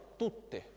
tutte